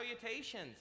salutations